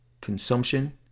consumption